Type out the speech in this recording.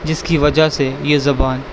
جس کی وجہ سے یہ زبان